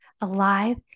alive